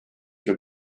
sul